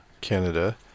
canada